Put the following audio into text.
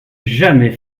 jamais